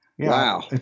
Wow